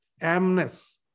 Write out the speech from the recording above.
amnes